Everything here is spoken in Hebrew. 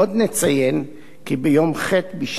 כי ביום ח' בשבט תשע"א,